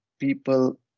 people